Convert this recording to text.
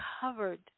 covered